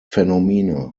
phenomena